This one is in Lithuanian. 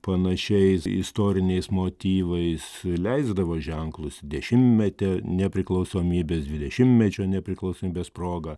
panašiais istoriniais motyvais leisdavo ženklus dešimtmetį nepriklausomybės dvidešimtmečio nepriklausomybės proga